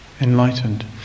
enlightened